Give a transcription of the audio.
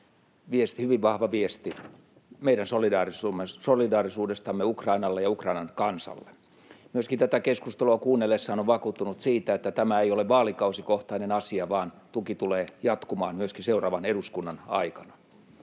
hyvin vahvan viestin meidän solidaarisuudestamme Ukrainalle ja Ukrainan kansalle. Myöskin tätä keskustelua kuunnellessaan on vakuuttunut siitä, että tämä ei ole vaalikausikohtainen asia vaan tuki tulee jatkumaan myöskin seuraavan eduskunnan aikana.